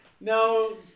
No